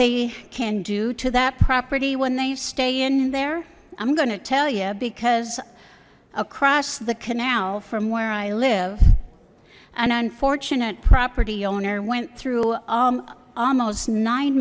they can do to that property when they stay in there i'm going to tell you because across the canal from where i live an unfortunate property owner went through almost nine